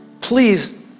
Please